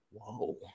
whoa